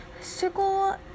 circle